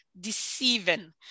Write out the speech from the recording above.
deceiving